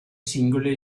singole